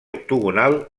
octogonal